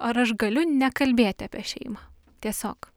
ar aš galiu nekalbėti apie šeimą tiesiog